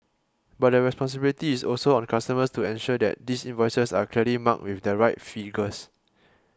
but the responsibility is also on customers to ensure that these invoices are clearly marked with the right figures